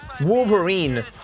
Wolverine